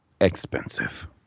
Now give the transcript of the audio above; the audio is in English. expensive